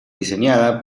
diseñada